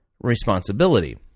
responsibility